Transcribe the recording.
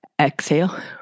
Exhale